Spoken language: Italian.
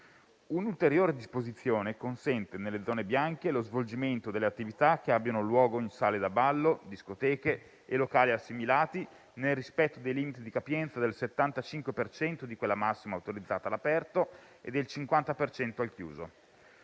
Un'ulteriore disposizione consente nelle zone bianche lo svolgimento delle attività che abbiano luogo in sale da ballo, discoteche e locali assimilati, nel rispetto dei limiti di capienza del 75 per cento di quella massima autorizzata all'aperto e del 50 per cento